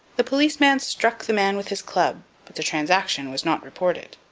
the policeman struck the man with his club, but the transaction was not reported.